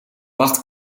macht